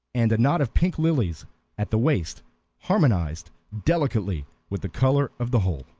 and a knot of pink lilies at the waist harmonized delicately with the color of the whole.